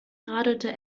radelte